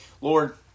Lord